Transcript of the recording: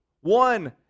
One